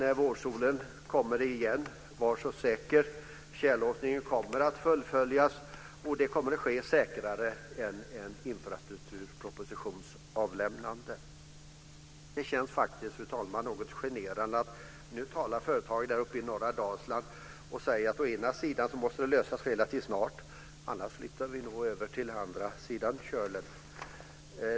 Men vårsolen kommer igen, var så säker. Tjällossningen kommer att fullföljas, och det kommer att ske säkrare än ett infrastrukturpropositionsavlämnande. Det känns faktiskt, fru talman, något generande att tala med företagare uppe i norra Dalsland som säger att det här måste lösas relativt snart, annars flyttar vi nog över till andra sidan Kölen.